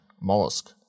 mollusk